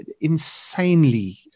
insanely